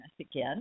again